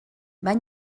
van